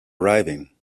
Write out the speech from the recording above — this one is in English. arriving